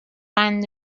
قند